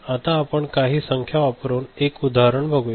आता आपण काही संख्या वापरून एक उदाहरण बघूया